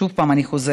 שוב אני חוזרת: